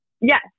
Yes